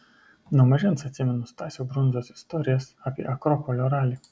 nuo mažens atsimenu stasio brundzos istorijas apie akropolio ralį